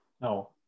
No